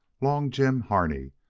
long jim harney,